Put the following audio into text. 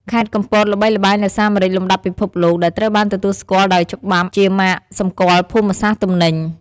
ខេត្តកំពតល្បីល្បាញដោយសារម្រេចលំដាប់ពិភពលោក ដែលត្រូវបានទទួលស្គាល់ដោយច្បាប់ជាម៉ាកសម្គាល់ភូមិសាស្ត្រទំនិញ។